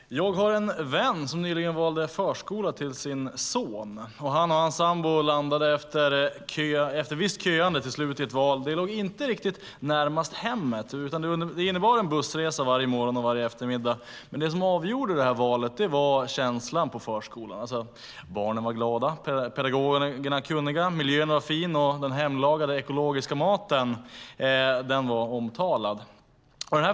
Herr talman! Jag har en vän som nyligen valde förskola till sin son. Han och hans sambo bestämde sig efter visst köande för en förskola som inte ligger helt nära hemmet, så de får åka buss varje morgon och eftermiddag. Det som avgjorde valet var känslan på förskolan. Barnen var glada, pedagogerna kunniga, miljön fin och den hemlagade ekologiska maten omtalad.